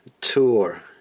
tour